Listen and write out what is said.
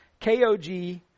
KOG